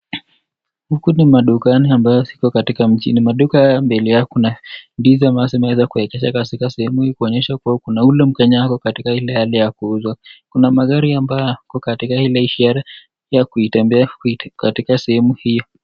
Huku ni madukani ambayo ziko katika mjini. Maduka haya mbele yao kuna ndizi ambazo zimeweza kuwezekwa katika sehemu kuonyesha kuwa kuna yule mkenya ako katika ile hali ya kuuzwa. Kuna magari ambayo yako katika ile ishara ya kutembea katika sehemu hio.